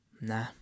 nah